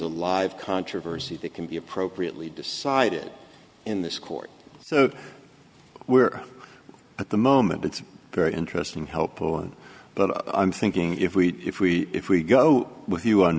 a live controversy that can be appropriately decided in this court so we're at the moment it's very interesting helpful but i'm thinking if we if we if we go with you on